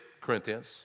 Corinthians